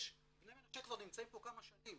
בני מנשה כבר נמצאים פה כמה שנים.